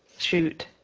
shoot.